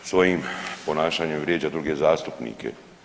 Svojim ponašanjem vrijeđa druge zastupnike.